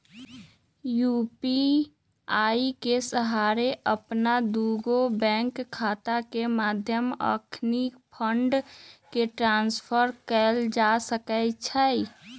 UPI के सहारे अप्पन दुगो बैंक खता के मध्य अखनी फंड के ट्रांसफर कएल जा सकैछइ